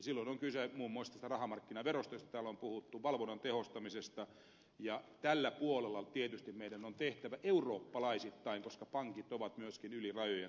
silloin on kyse muun muassa tästä rahamarkkinaverosta josta täällä on puhuttu valvonnan tehostamisesta ja tällä puolella tietysti meidän on tehtävä eurooppalaisittain koska pankit ovat myöskin yli rajojen toimivia